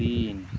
तीन